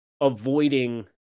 avoiding